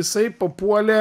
jisai papuolė